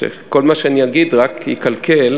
שכל מה שאני אגיד רק יקלקל.